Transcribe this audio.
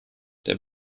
der